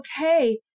okay